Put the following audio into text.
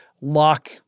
lock